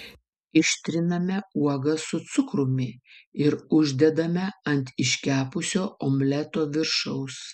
ištriname uogas su cukrumi ir uždedame ant iškepusio omleto viršaus